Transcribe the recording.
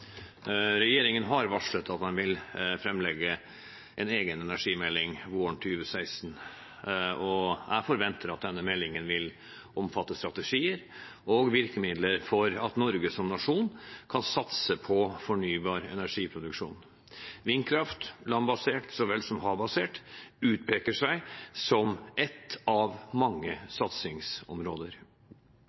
jeg forventer at denne meldingen vil omfatte strategier og virkemidler for at Norge som nasjon kan satse på fornybar energiproduksjon. Vindkraft, landbasert så vel som havbasert, utpeker seg som et av mange satsingsområder.